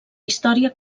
història